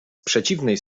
przeciwnej